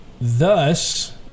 Thus